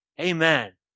Amen